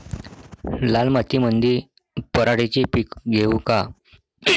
लाल मातीमंदी पराटीचे पीक घेऊ का?